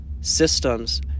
systems